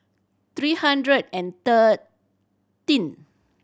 three hundred and thirteen